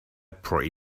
pray